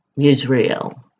Israel